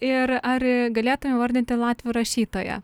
ir ar galėtum įvardinti latvių rašytoją